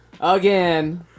again